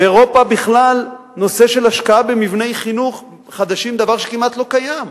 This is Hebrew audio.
באירופה בכלל השקעה במבני חינוך חדשים היא דבר שכמעט לא קיים,